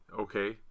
Okay